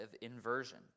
inversion